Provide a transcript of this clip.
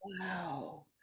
Wow